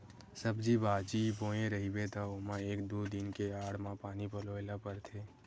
सब्जी बाजी बोए रहिबे त ओमा एक दू दिन के आड़ म पानी पलोए ल परथे